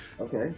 Okay